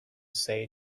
say